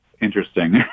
interesting